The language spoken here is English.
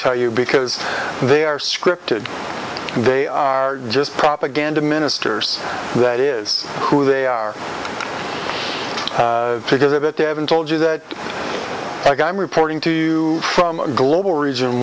tell you because they are scripted they are just propaganda ministers that is who they are because of it they haven't told you that egg i'm reporting to from a global region